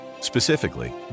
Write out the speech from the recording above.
Specifically